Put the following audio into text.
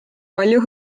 palju